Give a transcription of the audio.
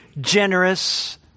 generous